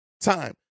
time